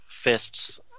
fists